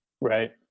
Right